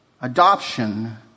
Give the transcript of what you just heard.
adoption